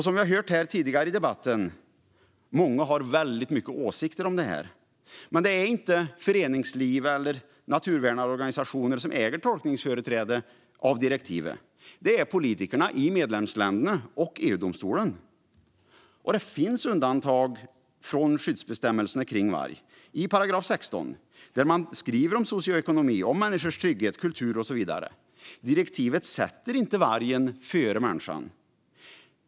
Som vi hört tidigare i debatten är det många som har åsikter om det här. Men det är inte föreningsliv eller naturvärnarorganisationer som äger tolkningsföreträde av direktivet; det är politikerna i medlemsländerna och EU-domstolen. Det finns undantag från skyddsbestämmelserna kring varg i § 16, där man skriver om socioekonomi, människors trygghet, kultur och så vidare. Direktivet sätter inte vargen före människan.